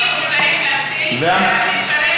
לשרת את מדינת ישראל,